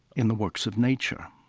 in the works of nature.